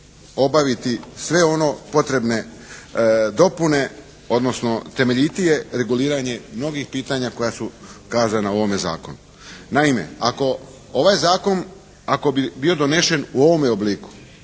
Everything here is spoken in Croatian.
obaviti sve ono potrebne dopune, odnosno temeljitije reguliranje mnogih pitanja koja su kazana u ovome zakonu. Naime, ako ovaj zakon ako bi bio donesen u ovom obliku